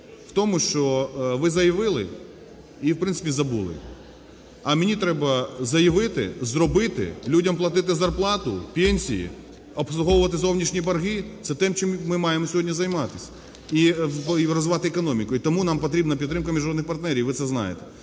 у тому що ви заявили і, в принципі, забули, а мені треба заявити, зробити, людям платити зарплату, пенсії, обслуговувати зовнішні борги, це тим, чим ми маємо сьогодні займатися, і розвивати економіку. І тому нам потрібна підтримка міжнародних партнерів і ви це знаєте.